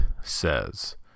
says